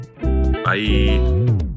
Bye